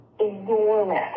enormous